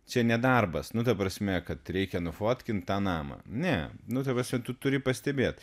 čia ne darbas nu ta prasme kad reikia nufuotkint tą namą ne nu ta prasme tu turi pastebėt